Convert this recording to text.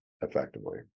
effectively